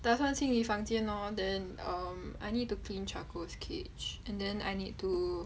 打算清理房间 lor then err mm I need to clean charcoal's cage and then I need to